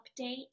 update